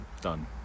done